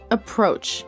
Approach